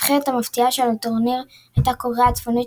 הנבחרת המפתיעה של הטורניר הייתה קוריאה הצפונית,